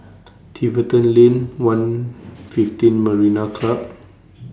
Tiverton Lane one fifteen Marina Club